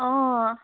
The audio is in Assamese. অঁ